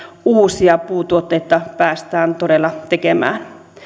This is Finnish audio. uusia puutuotteita päästään todella tekemään